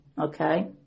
okay